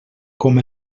com